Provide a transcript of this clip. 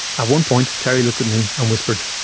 at one point terry looked at me and whispered,